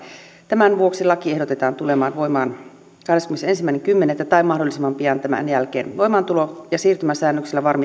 tämän vuoksi laki ehdotetaan tulemaan voimaan kahdeskymmenesensimmäinen kymmenettä tai mahdollisimman pian tämän jälkeen voimaantulo ja siirtymäsäännöksillä